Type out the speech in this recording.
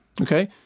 Okay